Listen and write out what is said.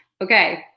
Okay